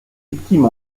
victimes